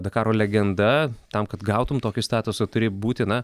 dakaro legenda tam kad gautum tokį statusą turi būti na